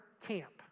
camp